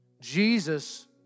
Jesus